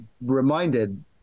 reminded